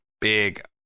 big